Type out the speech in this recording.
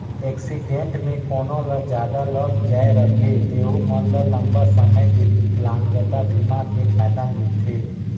accident मे कोनो ल जादा लग जाए रथे तेहू मन ल लंबा समे के बिकलांगता बीमा के फायदा मिलथे